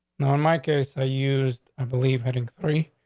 now, in my case, i used i believe, having three.